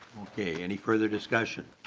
yeah any further discussion?